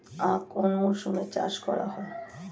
আখ কোন মরশুমে চাষ করা হয়?